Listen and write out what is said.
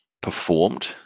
performed